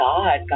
God